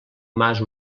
mas